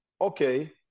okay